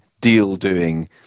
deal-doing